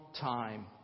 time